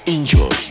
Enjoy